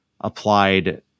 applied